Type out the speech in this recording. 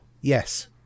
Yes